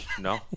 No